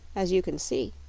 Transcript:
as you can see.